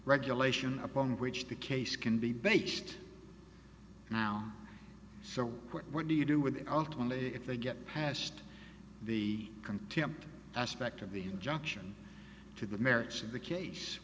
regulation upon which the case can be based now so what do you do with out only if they get past the contempt aspect of the injunction to the merits of the case